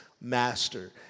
Master